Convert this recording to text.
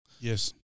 Yes